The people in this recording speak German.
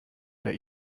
der